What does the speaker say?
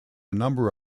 number